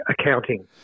accounting